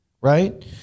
right